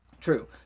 True